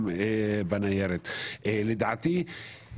לדעתי,